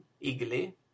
eagerly